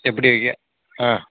எப்படி வைக்க ஆ